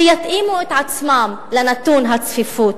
שיתאימו את עצמם לנתון הצפיפות.